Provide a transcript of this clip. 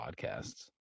podcasts